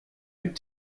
mit